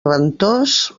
ventós